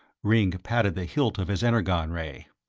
ringg patted the hilt of his energon-ray.